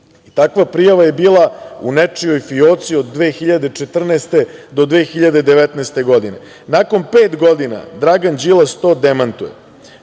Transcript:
Takva prijava je bila u nečijoj fioci od 2014. godine do 2019. godine. Nakon pet godina Dragan Đilas to demantuje.